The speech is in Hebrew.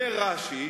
אומר רש"י: